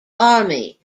army